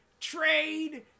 trade